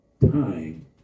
time